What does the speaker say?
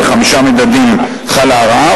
בחמישה מדדים חלה הרעה,